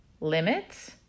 limits